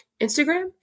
Instagram